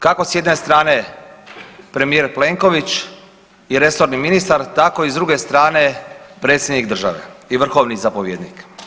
Kako s jedne strane premijer Plenković i resorni ministar tako i s druge strane predsjednik države i vrhovni zapovjednik.